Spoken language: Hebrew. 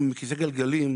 עם כיסא גלגלים,